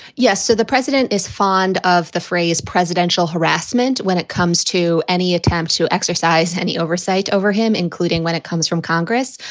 yes. so the president is fond of the phrase presidential harassment when it comes to any attempt to exercise any oversight over him, including when it comes from congress.